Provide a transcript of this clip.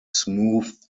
smoothed